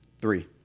Three